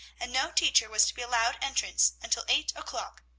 and no teacher was to be allowed entrance until eight o'clock,